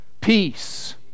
peace